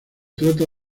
trata